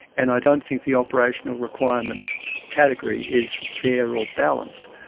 and i don't think the operational requirements category is fair or balanced.